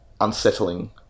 unsettling